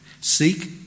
Seek